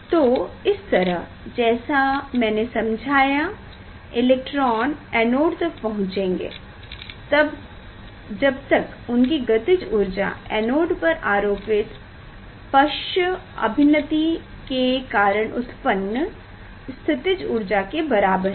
तो इस तरह जैसा मैने समझाया इलेक्ट्रॉन एनोड तक पहुँचेंगे जब तक उनकी गतिज ऊर्जा एनोड पर आरोपित पश्च अभिनति के कारण उत्पन्न स्थितिज ऊर्जा के बराबर है